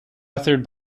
authored